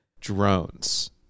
drones